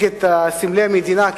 נגד סמלי המדינה,